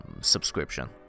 subscription